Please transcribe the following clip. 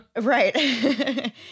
Right